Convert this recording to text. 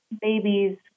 babies